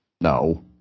No